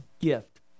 gift